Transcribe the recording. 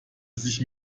sich